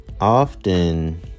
often